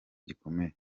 gikomeye